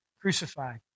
crucified